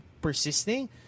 persisting